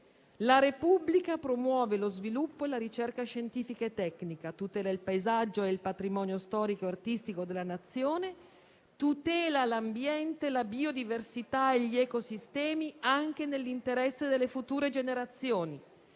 «La Repubblica promuove lo sviluppo della cultura e la ricerca scientifica e tecnica. Tutela il paesaggio e il patrimonio storico e artistico della Nazione. Tutela l'ambiente, la biodiversità e gli ecosistemi, anche nell'interesse delle future generazioni.